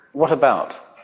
what about?